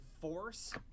force